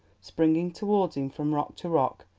springing towards him from rock to rock,